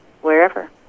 wherever